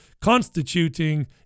constituting